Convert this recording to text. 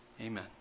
amen